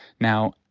Now